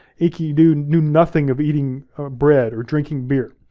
enkidu knew nothing of eating bread or drinking beer.